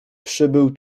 przybył